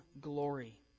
glory